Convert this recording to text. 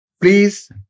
Please